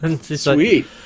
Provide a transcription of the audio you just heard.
Sweet